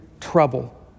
trouble